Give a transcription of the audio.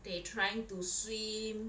they trying to swim